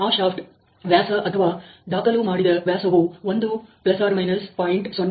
ಆ ಶಾಫ್ಟ್ ವ್ಯಾಸ ಅಥವಾ ದಾಖಲು ಮಾಡಿದ ವ್ಯಾಸವು 1±0